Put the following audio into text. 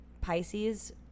Pisces